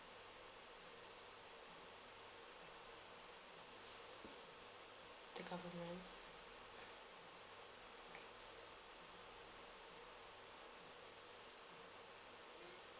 the compliment